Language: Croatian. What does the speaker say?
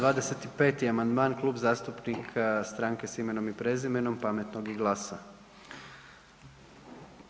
25. amandman Klub zastupnika Stranke s imenom i prezimenom, Pametnog i GLAS-a.